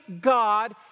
God